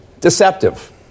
deceptive